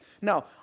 Now